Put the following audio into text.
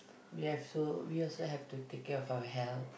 ya so we also have to take care of our health